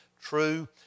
true